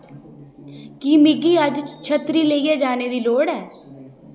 क्या मिगी अज्ज छत्तरी लेइयै जाने दी लोड़ ऐ